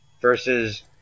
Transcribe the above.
versus